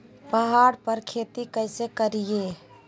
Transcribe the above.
पहाड़ पर खेती कैसे करीये?